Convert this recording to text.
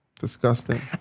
Disgusting